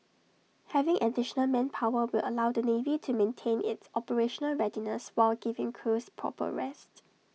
having additional manpower will allow the navy to maintain its operational readiness while giving crews proper rest